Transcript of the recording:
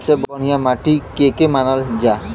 सबसे बढ़िया माटी के के मानल जा?